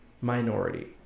minority